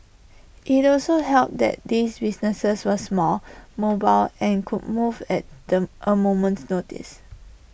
IT also helped that these businesses were small mobile and could move at A moment's notice